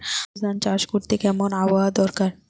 আউশ ধান চাষ করতে কেমন আবহাওয়া দরকার?